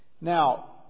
Now